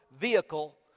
vehicle